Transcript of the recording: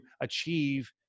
achieve